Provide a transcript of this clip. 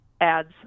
ads